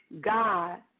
God